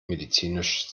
medizinisch